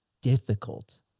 difficult